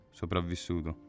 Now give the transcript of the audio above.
sopravvissuto